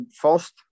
first